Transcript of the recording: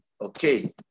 Okay